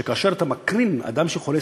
שכאשר אתה מקרין על אדם חולה